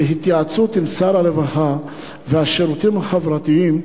בהתייעצות עם שר הרווחה והשירותים החברתיים,